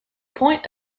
point